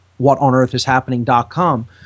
whatonearthishappening.com